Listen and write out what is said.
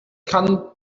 kann